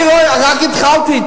עשר שנים, אל